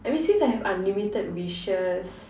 I mean since I have unlimited wishes